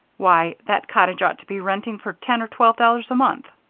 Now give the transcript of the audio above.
why, that cottage ought to be renting for ten or twelve dollars a month!